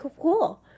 cool